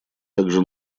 также